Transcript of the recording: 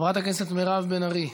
חברת הכנסת מירב בן ארי,